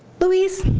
louise,